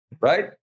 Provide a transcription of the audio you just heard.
Right